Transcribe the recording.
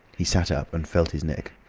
he sat up and felt his neck.